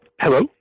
Hello